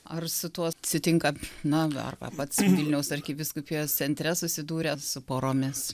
ar su tuo sutinkat na arba pats vilniaus arkivyskupijos centre susidūrėt su poromis